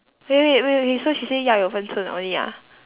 wait wait wait wait okay so she say 要有分寸 only ah